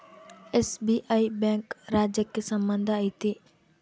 SBI bank ರಾಜ್ಯಕ್ಕೆ ಸಂಬಂಧ ಐತಿ